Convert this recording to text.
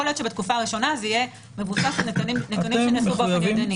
יכול להיות שבתקופה הראשונה זה יהיה מבוסס על נתונים שנאספו ידנית.